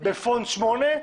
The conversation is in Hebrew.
בפונט 8?